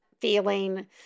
feeling